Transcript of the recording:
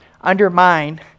undermine